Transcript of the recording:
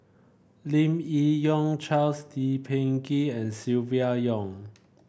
Lim Yi Yong Charles Lee Peh Gee and Silvia Yong